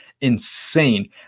insane